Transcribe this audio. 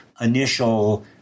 initial